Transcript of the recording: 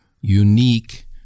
unique